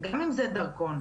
לפעמים זה דרכון,